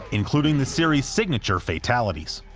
including the series signature fatalities.